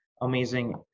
amazing